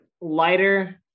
lighter